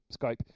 Skype